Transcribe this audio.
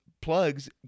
plugs